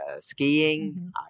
skiing